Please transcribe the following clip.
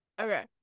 Okay